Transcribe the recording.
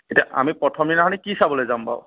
এতিয়া আমি প্ৰথম দিনাখনি কি চাবলৈ যাম বাৰু